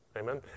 Amen